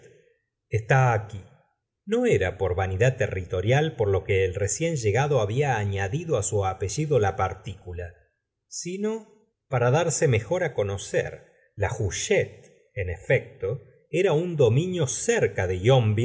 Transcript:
está aquí no era por vanidad territorial por lo que el recién llegado había anadido su apellido la partícula sino para darse mejor conocer la huchette en efecto era un dominio cerca de